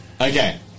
Okay